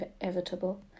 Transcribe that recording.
inevitable